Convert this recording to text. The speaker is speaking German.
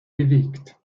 bewegt